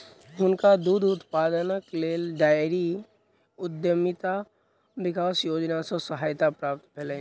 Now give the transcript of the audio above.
हुनका दूध उत्पादनक लेल डेयरी उद्यमिता विकास योजना सॅ सहायता प्राप्त भेलैन